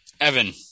Evan